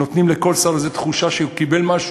נותנים לכל שר איזו תחושה שהוא קיבל משהו,